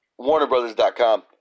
WarnerBrothers.com